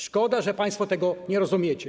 Szkoda, że państwo tego nie rozumiecie.